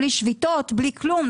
בלי שביתות ובלי כלום,